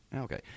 Okay